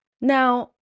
Now